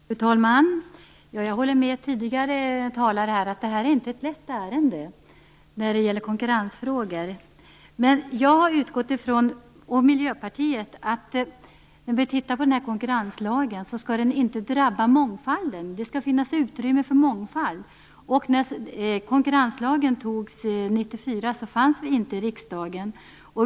Fru talman! Jag håller med tidigare talare om att det här inte är ett lätt ärende, när det gäller konkurrensfrågor. Jag och Miljöpartiet har utgått från att konkurrenslagen inte skall drabba mångfalden, utan det skall finnas utrymme för mångfald. När konkurrenslagen antogs 1994 fanns inte Miljöpartiet i riksdagen.